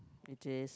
it is